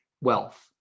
wealth